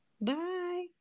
Bye